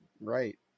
right